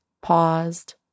paused